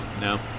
No